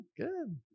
good